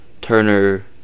Turner